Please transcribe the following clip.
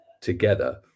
together